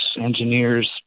engineers